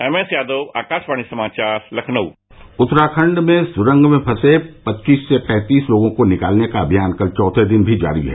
MS Yadav Akashvani समाचार लखनऊ उत्तराखंड में सुरंग में फंसे पच्चीस से पैंतीस लोगों को निकालने का अभियान कल चौथे दिन भी जारी है